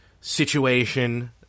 situation